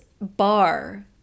bar